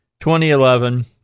2011